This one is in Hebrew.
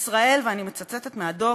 "ישראל" ואני מצטטת מהדוח,